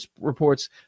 reports